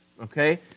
Okay